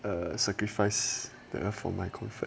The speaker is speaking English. err sacrifice earth for my comfort